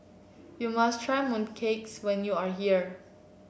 you must try mooncakes when you are here